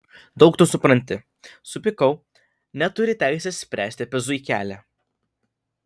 daug tu supranti supykau neturi teisės spręsti apie zuikelį